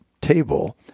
table